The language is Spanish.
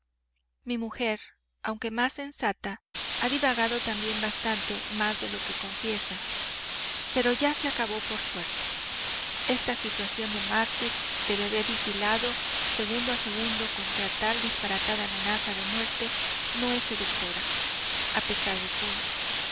mi mujer aunque más sensata ha divagado también bastante más de lo que confiesa pero ya se acabó por suerte esta situación de mártir de bebé vigilado segundo a segundo contra tal disparatada amenaza de muerte no es seductora a pesar de todo